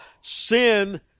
Sin